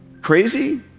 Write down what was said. crazy